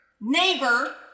neighbor